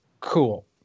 Cool